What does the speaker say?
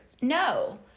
No